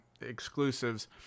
exclusives